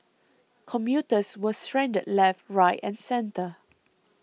commuters were stranded left right and centre